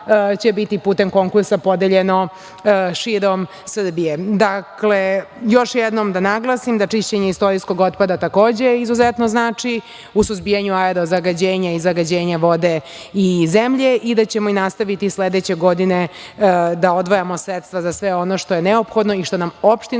će biti putem konkursa podeljeno širom Srbije. Još jednom da naglasim da čišćenje istorijskog otpada je takođe izuzetno znači u suzbijanju aero zagađenja i zagađenja vode i zemlje i da ćemo nastaviti i sledeće godine da odvajamo sredstva sa sve ono što je neophodno, i što nam opštine